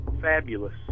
Fabulous